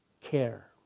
care